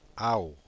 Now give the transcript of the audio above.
ow